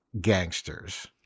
gangsters